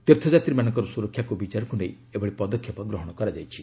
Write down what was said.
ତୀର୍ଥଯାତ୍ରୀମାନଙ୍କର ସୁରକ୍ଷାକୁ ବିଚାରକୁ ନେଇ ଏଭଳି ପଦକ୍ଷେପ ଗ୍ରହଣ କରାଯାଇଛି